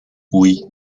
oui